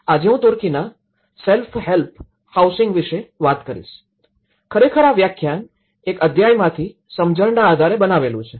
આજે હું તુર્કીના સેલ્ફ હેલ્પ હાઉસિંગ વિષે વાત કરીશ ખરેખર આ વ્યાખ્યાન એક અધ્યાયમાંથી સમજણના આધારે બનાવેલું છે